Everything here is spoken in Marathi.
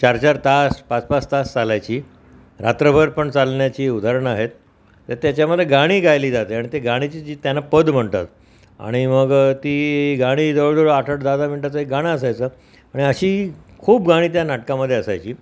चारचार तास पाचपाच तास चालायची रात्रभर पण चालण्याची उदाहरणं आहेत त्याच्यामध्ये गाणी गायली जाते आणि ते गाणीची जी त्यानं पद म्हणतात आणि मग ती गाणी जवळजवळ आठ आठ दहा दहा मिनटाचं एक गाणं असायचं आणि अशी खूप गाणी त्या नाटकामधे असायची